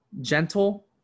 gentle